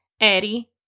Eddie